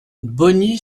bogny